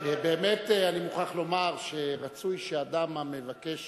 אני מוכרח לומר שרצוי שאדם המבקש